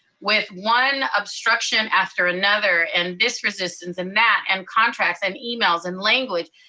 with one obstruction after another, and this resistance and that, and contracts, and emails, and language.